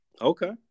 Okay